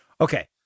Okay